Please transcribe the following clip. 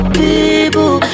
people